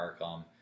Arkham